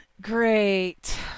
Great